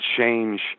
change